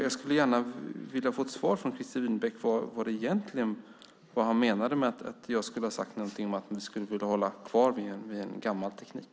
Jag skulle gärna vilja få ett svar från Christer Winbäck om vad han egentligen menade med att jag skulle ha sagt någonting om att vi skulle vilja hålla kvar vid en gammal teknik.